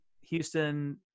houston